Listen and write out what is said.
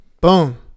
Boom